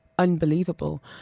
unbelievable